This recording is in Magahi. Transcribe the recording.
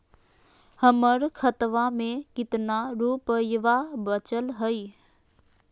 हमर खतवा मे कितना रूपयवा बचल हई?